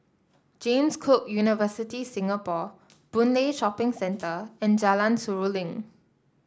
James Cook University Singapore Boon Lay Shopping Centre and Jalan Seruling